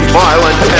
violent